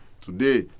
today